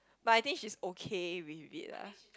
but I think she is okay with it lah